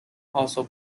also